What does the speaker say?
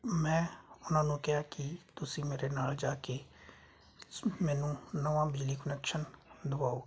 ਮੈਂ ਉਹਨਾਂ ਨੂੰ ਕਿਹਾ ਕਿ ਤੁਸੀਂ ਮੇਰੇ ਨਾਲ ਜਾ ਕੇ ਮੈਨੂੰ ਨਵਾਂ ਬਿਜਲੀ ਕਨੈਕਸ਼ਨ ਦਵਾਓ